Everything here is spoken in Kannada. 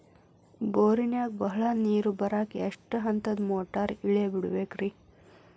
ಬೋರಿನಾಗ ಬಹಳ ನೇರು ಬರಾಕ ಎಷ್ಟು ಹಂತದ ಮೋಟಾರ್ ಇಳೆ ಬಿಡಬೇಕು ರಿ?